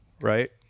right